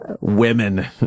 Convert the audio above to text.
Women